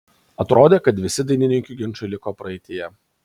atrodė kad visi dainininkių ginčai liko praeityje